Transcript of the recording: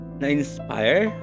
na-inspire